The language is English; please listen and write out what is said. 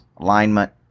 alignment